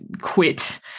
quit